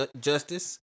justice